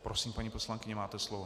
Prosím, paní poslankyně, máte slovo.